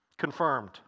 confirmed